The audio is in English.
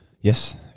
Yes